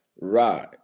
Right